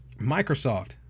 Microsoft